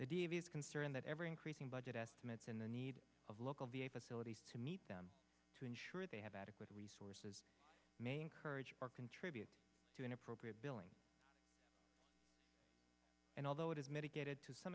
the devious concern that ever increasing budget estimates in the need of local v a facilities to meet them to ensure they have adequate resources may encourage or contribute to inappropriate billing and although it is mitigated to some